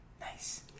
Nice